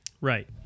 Right